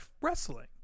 wrestling